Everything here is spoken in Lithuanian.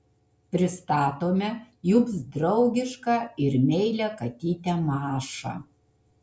pristatome jums draugišką ir meilią katytę mašą